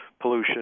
pollution